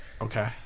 Okay